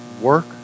Work